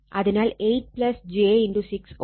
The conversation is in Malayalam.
അതിനാൽ 8 j 6 Ω